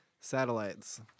Satellites